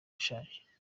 ushaje